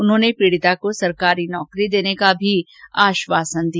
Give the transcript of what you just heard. उन्होंने पीडिता को सरकारी नौकरी देने का आश्वासन भी दिया